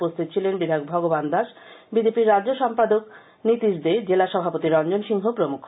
উপস্থিত ছিলেন বিধায়ক ভগবান দাস বিজেপির রাজ্য সম্পাদক নীতিশ দে জেলা সভাপতি রঞ্জন সিংহ প্রমুখ